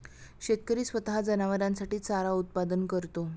शेतकरी स्वतः जनावरांसाठी चारा उत्पादन करतो